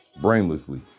Brainlessly